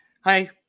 hi